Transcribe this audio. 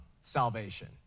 salvation